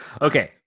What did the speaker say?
Okay